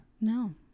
No